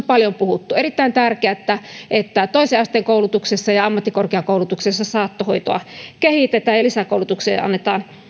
paljon puhuttu erittäin tärkeää että toisen asteen koulutuksessa ja ja ammattikorkeakoulutuksessa saattohoitoa kehitetään ja lisäkoulutukseen annetaan